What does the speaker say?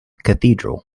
cathedral